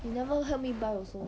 you never help me buy also